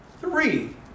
three